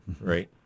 right